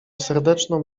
serdeczną